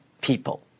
people